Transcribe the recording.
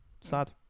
sad